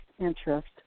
interest